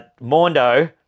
Mondo